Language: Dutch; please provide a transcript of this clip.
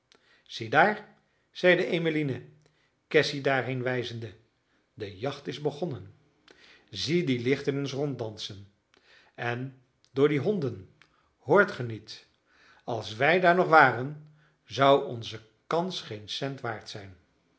ziedaar zeide emmeline cassy daarheen wijzende de jacht is begonnen zie die lichten eens ronddansen en door die honden hoort ge niet als wij daar nog waren zou onze kans geen cent waard zijn